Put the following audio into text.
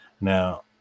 Now